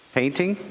painting